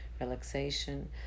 relaxation